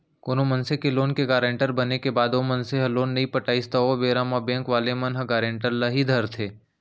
कोनो मनसे के लोन के गारेंटर बने के बाद ओ मनसे ह लोन नइ पटाइस त ओ बेरा म बेंक वाले मन ह गारेंटर ल ही धरथे